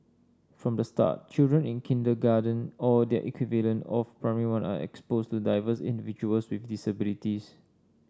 from the start children in kindergarten or their equivalent of Primary One are exposed to diverse individuals with disabilities